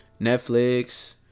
Netflix